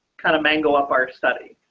kind of mango up our study.